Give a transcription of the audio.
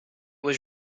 was